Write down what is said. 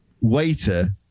waiter